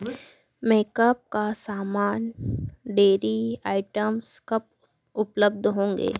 makeup का सामान dairy items कब उपलब्ध होंगे